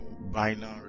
binary